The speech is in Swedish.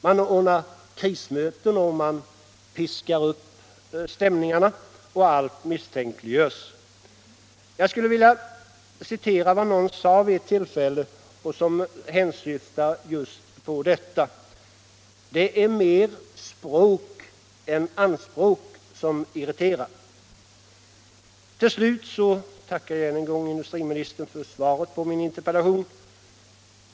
Man ordnar krismöten och man piskar upp stämningarna. Allt misstänkliggörs. Jag skulle vilja citera vad någon sade vid ett tillfälle och som hänsyftade just på detta: ”Det är mer språk än anspråk som irriterar.” Till slut tackar jag än en gång industriministern för svaret på min interpellation.